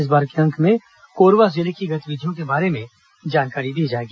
इस बार के अंक में कोरबा जिले की गतिविधियों के बारे में जानकारी दी जाएगी